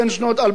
אדוני השר,